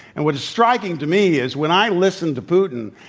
and what is striking to me is when i listen to putin,